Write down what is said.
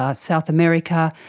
ah south america.